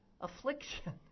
affliction